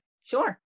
Sure